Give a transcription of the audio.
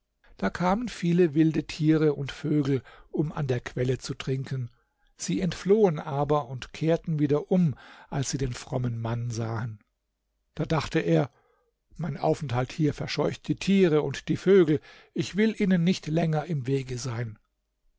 da kamen viele wilde tiere und vögel um an der quelle zu trinken sie entflohen aber und kehrten wieder um als sie den frommen mann sahen da dachte er mein aufenthalt hier verscheucht die tiere und die vögel ich will ihnen nicht länger im wege sein